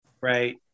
right